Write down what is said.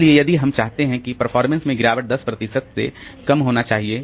इसलिए यदि हम चाहते हैं कि परफॉर्मेंस में गिरावट 10 प्रतिशत से कम होनी चाहिए